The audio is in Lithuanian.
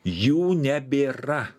jų nebėra